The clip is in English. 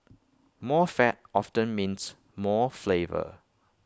more fat often means more flavour